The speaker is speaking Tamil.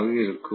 ஆக இருக்கும்